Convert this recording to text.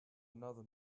another